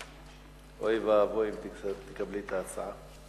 אוי ואבוי אם תקבלי את ההצעה.